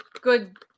good